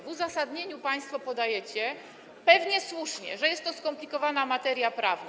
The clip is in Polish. W uzasadnieniu państwo podajecie, pewnie słusznie, że jest to skomplikowana materia prawna.